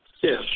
Yes